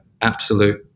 absolute